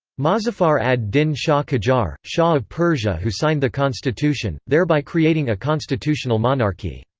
mozaffar ad-din shah qajar shah of persia who signed the constitution, thereby creating a constitutional monarchy.